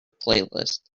playlist